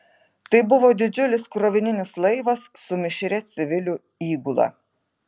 tai buvo didžiulis krovininis laivas su mišria civilių įgula